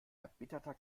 erbitterter